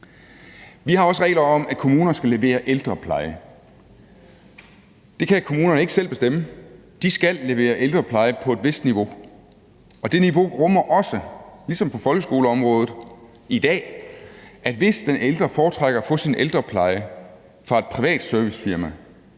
Vi har også regler om, at kommunerne skal levere ældrepleje – det kan kommunerne ikke selv bestemme. De skal levere ældrepleje på et vist niveau, og det niveau rummer i dag også, ligesom på folkeskoleområdet, at hvis den ældre foretrækker at få sin ældrepleje fra et privat servicefirma,